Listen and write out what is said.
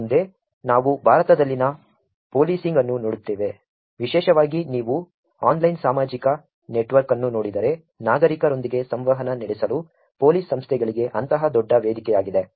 ಮುಂದೆ ನಾವು ಭಾರತದಲ್ಲಿನ ಪೋಲೀಸಿಂಗ್ ಅನ್ನು ನೋಡುತ್ತೇವೆ ವಿಶೇಷವಾಗಿ ನೀವು ಆನ್ಲೈನ್ ಸಾಮಾಜಿಕ ನೆಟ್ವರ್ಕ್ ಅನ್ನು ನೋಡಿದರೆ ನಾಗರಿಕರೊಂದಿಗೆ ಸಂವಹನ ನಡೆಸಲು ಪೊಲೀಸ್ ಸಂಸ್ಥೆಗಳಿಗೆ ಅಂತಹ ದೊಡ್ಡ ವೇದಿಕೆಯಾಗಿದೆ